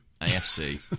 AFC